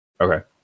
okay